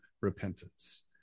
repentance